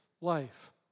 life